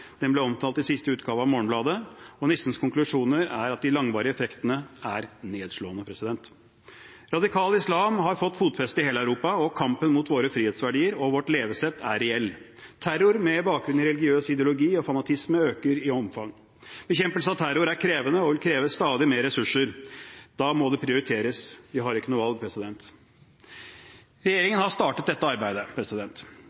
Den ble omtalt i siste utgave av Morgenbladet, og Nissens konklusjoner er at de langvarige effektene er nedslående. Radikal islam har fått fotfeste i hele Europa, og kampen mot våre frihetsverdier og vårt levesett er reell. Terror med bakgrunn i religiøs ideologi og fanatisme øker i omfang. Bekjempelse av terror er krevende og vil kreve stadig mer ressurser. Da må det prioriteres. Vi har ikke noe valg. Regjeringen har startet dette arbeidet.